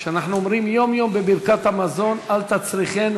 אנחנו אומרים יום-יום בברכת המזון: "ואל תצריכנו